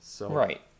Right